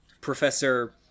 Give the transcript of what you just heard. Professor